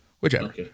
whichever